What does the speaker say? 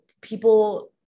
people